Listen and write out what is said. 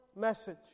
message